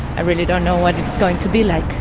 i really don't know what it's going to be like.